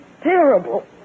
terrible